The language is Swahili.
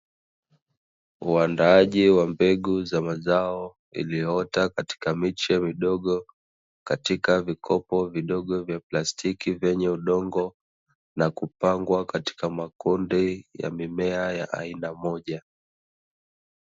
Uaandaaji wa mbegu za mazao, iliyoota katika miche mdogo, katika vikopo vidogo vya plastiki vyenye udongo na kupangwa katika makonde ya mimea ya aina moja.